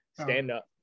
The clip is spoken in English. stand-up